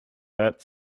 that